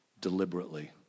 deliberately